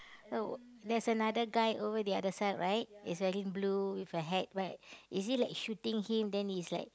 oh there's another guy over the other side right he's wearing blue with a hat right is he like shooting him then he's like